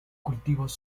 cultivos